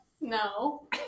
No